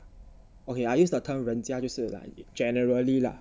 okay I use the term 人家就是 like generally lah